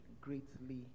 greatly